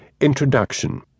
introduction